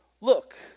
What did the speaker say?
Look